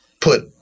put